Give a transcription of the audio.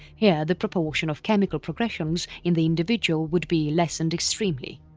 here the proportion of chemical progressions in the individual would be lessened extremely.